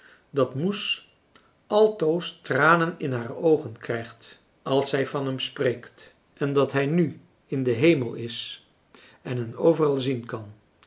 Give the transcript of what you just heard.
dat moes altoos tranen in haar oogen krijgt als zij van hem spreekt en dat hij nu in den hemel is en hen overal zien kan